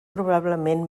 probablement